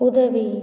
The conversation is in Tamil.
உதவி